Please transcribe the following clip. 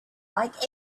like